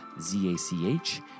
Z-A-C-H